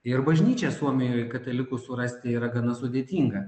ir bažnyčia suomijoj katalikų surasti yra gana sudėtinga